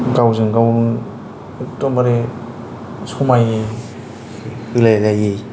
गावजों गाव एकदमबारे समाय होलायलायै